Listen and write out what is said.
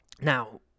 Now